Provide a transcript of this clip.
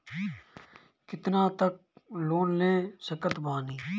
कितना तक लोन ले सकत बानी?